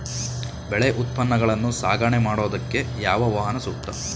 ಬೆಳೆ ಉತ್ಪನ್ನಗಳನ್ನು ಸಾಗಣೆ ಮಾಡೋದಕ್ಕೆ ಯಾವ ವಾಹನ ಸೂಕ್ತ?